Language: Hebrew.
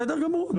בסדר גמור.